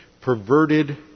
Perverted